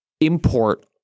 import